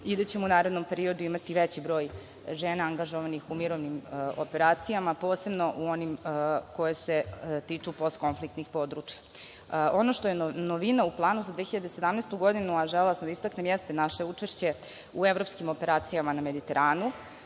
da ćemo u narednom periodu imati veći broj žena angažovanih u mirovnim operacijama, posebno u onim koji se tiču poskonfliktnih područja. Ono što je novina u planu za 2017. godinu, a želela sam da istaknem, jeste naše učešće u evropskim operacijama na Mediteranu.